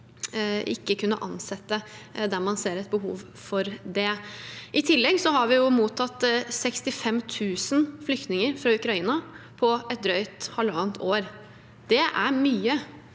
ikke kan ansette der man ser behov for det. I tillegg har vi mottatt 65 000 flyktninger fra Ukraina på drøyt halvannet år. Det er mye.